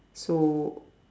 so